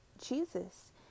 Jesus